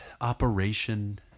Operation